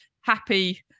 happy